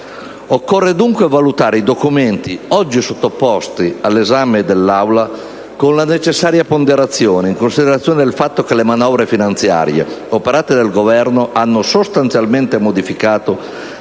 Occorre dunque valutare i documenti oggi sottoposti all'esame dell'Aula con la necessaria ponderazione, in considerazione del fatto che le manovre finanziarie operate dal Governo hanno sostanzialmente modificato